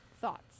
Thoughts